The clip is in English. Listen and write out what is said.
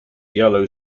yellow